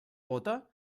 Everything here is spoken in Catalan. bóta